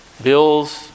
bills